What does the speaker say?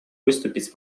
выступить